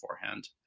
beforehand